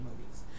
movies